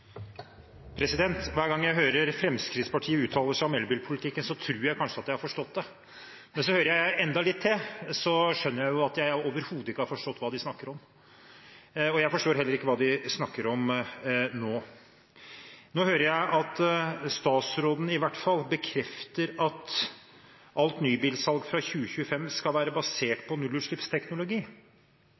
Hver gang jeg hører at Fremskrittspartiet uttaler seg om elbilpolitikken, så tror jeg kanskje at jeg har forstått det. Men så hører jeg enda litt til og skjønner at jeg overhodet ikke har forstått hva de snakker om, og jeg forstår heller ikke hva de snakker om nå. Nå hører jeg at statsråden, i hvert fall, bekrefter at alt nybilsalg fra 2025 skal være basert på nullutslippsteknologi,